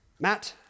Matt